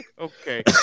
Okay